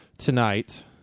Tonight